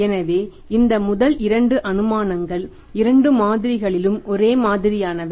எனவே இந்த முதல் 2 அனுமானங்கள் இரண்டு மாதிரிகளிலும் ஒரே மாதிரியானவை